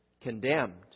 condemned